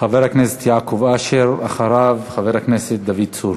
חבר הכנסת יעקב אשר, ואחריו, חבר הכנסת דוד צור.